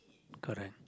correct